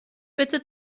bitte